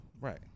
Right